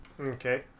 Okay